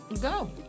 Go